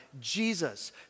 Jesus